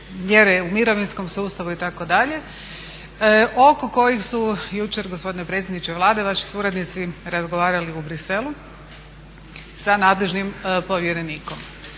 mjere u mirovinskom sustavu itd. oko kojih su jučer gospodine predsjedniče Vlade vaši suradnici razgovarali u Bruxellesu sa nadležnim povjerenikom.